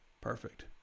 Perfect